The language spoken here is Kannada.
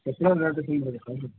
ಕೊಪ್ಪಳ ರೈಲ್ವೆ ಟೇಷನಿಗೆ ಬರಬೇಕಾ